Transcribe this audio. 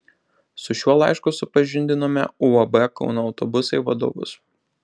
su šiuo laišku supažindinome uab kauno autobusai vadovus